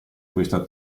questa